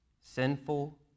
sinful